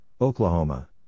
Oklahoma